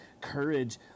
courage